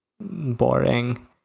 boring